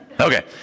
Okay